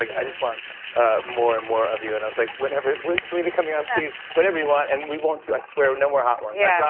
like, i just want more and more of you. and i was like, when's selena coming on? please, whenever you want, and we won't do i swear, no more hot ones. yeah,